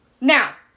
Now